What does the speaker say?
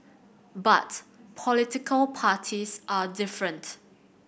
but political parties are different